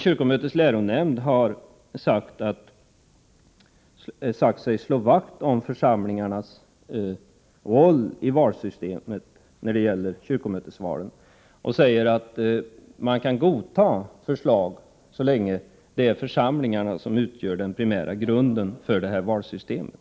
Kyrkomötets läronämnd säger sig slå vakt om församlingarnas roll i valsystemet när det gäller kyrkomötesval, men kan godta förslag till förändringar så länge församlingarna utgör den primära grunden för valsystemet.